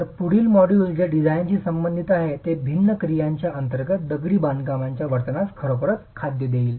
तर पुढील मॉड्यूल जे डिझाइनशी संबंधित आहे ते भिन्न क्रियांच्या अंतर्गत दगडी बांधकामाच्या वर्तनास खरोखरच खाद्य देईल